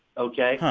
ok?